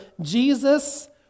Jesus